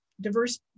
diverse